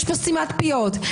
יש פה סתימת פיות,